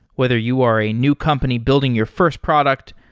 whether you are a new company building your first product,